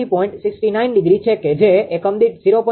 69° છે કે જે એકમ દીઠ 0